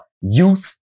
youth